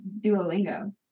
Duolingo